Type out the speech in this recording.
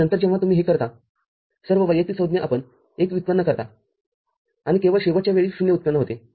आणि नंतर जेव्हा तुम्ही हे करता सर्व वैयक्तिक संज्ञा आपण १ व्युत्पन्न करता आणि केवळ शेवटच्या वेळी ० व्युत्पन्न होते